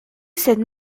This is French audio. cette